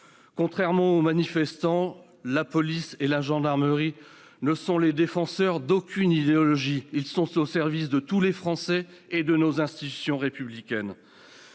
Contrairement aux manifestants, la police et la gendarmerie ne sont les défenseurs d'aucune idéologie. Ils sont au service de tous les Français et de nos institutions républicaines.